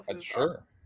sure